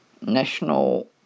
National